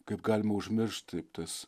kaip galima užmiršt taip tas